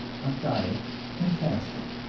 of diet and fasting.